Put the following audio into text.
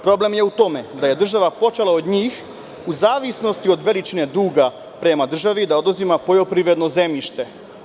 Problem je u tome da je država počela od njih, u zavisnosti od veličine duga prema državi, da oduzima poljoprivredno zemljište.